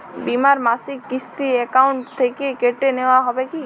বিমার মাসিক কিস্তি অ্যাকাউন্ট থেকে কেটে নেওয়া হবে কি?